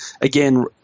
again